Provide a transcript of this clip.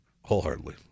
wholeheartedly